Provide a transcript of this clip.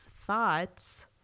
thoughts